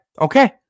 Okay